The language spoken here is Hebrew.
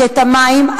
שאת המים,